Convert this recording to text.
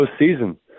postseason